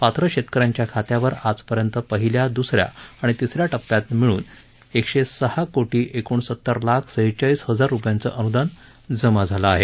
पात्र शेतकऱ्यांच्या खात्यावर आजपर्यंत पहिल्या द्सऱ्या आणि तिसऱ्या टप्प्यात मिळवून एकशे सहा कोटी एकोणसत्तर लाख शेहचाळीस हजार रुपयांचं अन्दान जमा करण्यात आलं आहे